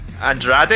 Andrade